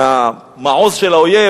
מהמעוז של האויב,